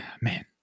man